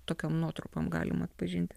tokiom nuotrupom galima atpažinti